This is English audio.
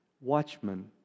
watchmen